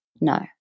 No